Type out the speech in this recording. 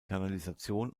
kanalisation